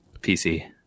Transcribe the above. PC